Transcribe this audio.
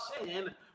sin